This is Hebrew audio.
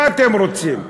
מה אתם רוצים?